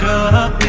up